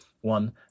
one